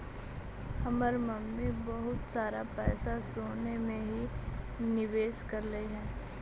हमर मम्मी बहुत सारा पैसा सोने में ही निवेश करलई हे